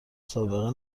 سابقه